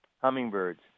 hummingbirds